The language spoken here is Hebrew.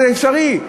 זה אפשרי.